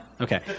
Okay